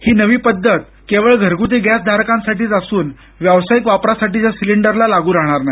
ही नवी पद्धत केवळ घरगुती गॅस धारकांसाठीच असून व्यावसायिक वापरासाठीच्या सिलिंडरला लागू राहणार नाही